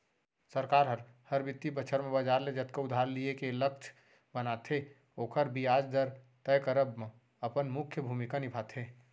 सरकार हर, हर बित्तीय बछर म बजार ले जतका उधार लिये के लक्छ बनाथे ओकर बियाज दर तय करब म अपन मुख्य भूमिका निभाथे